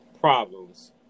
problems